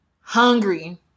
hungry